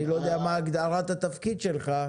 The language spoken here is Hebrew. אני לא יודע מה הגדרת התפקיד שלך.